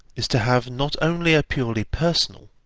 is to have not only a purely personal,